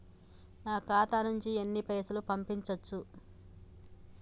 నా ఖాతా నుంచి ఎన్ని పైసలు పంపించచ్చు?